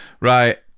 Right